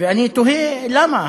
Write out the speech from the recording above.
ואני תוהה: למה?